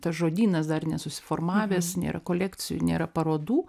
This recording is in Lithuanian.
tas žodynas dar nesusiformavęs nėra kolekcijų nėra parodų